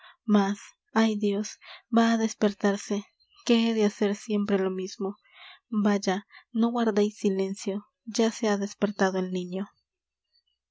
mas ay dios va á despertarse que he de hacer siempre lo mismo vaya no guardeis silencio ya se ha despertado el niño